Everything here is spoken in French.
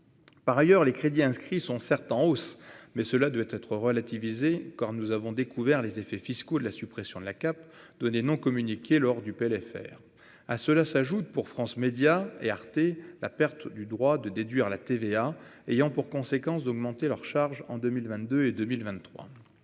par ailleurs, les crédits inscrits sont certes en hausse mais cela doit être relativisée car nous avons découvert les effets fiscaux de la suppression de la caps donner non communiqué lors du PLFR à cela, s'ajoute pour France Médias et Arte, la perte du droit de déduire la TVA ayant pour conséquence d'augmenter leur charge en 2000 22 et 2023